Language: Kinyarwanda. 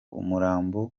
umurambo